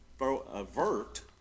avert